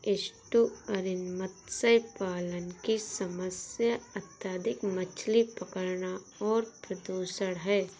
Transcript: estuarine मत्स्य पालन की समस्या अत्यधिक मछली पकड़ना और प्रदूषण है